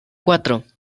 cuatro